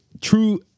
true